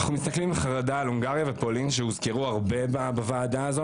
אנחנו מסתכלים בחרדה על הונגריה ופולין שהוזכרו הרבה בוועדה הזו,